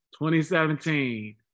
2017